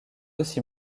aussi